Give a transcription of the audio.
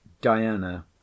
Diana